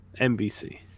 NBC